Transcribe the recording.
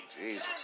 Jesus